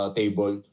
table